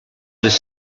les